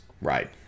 Right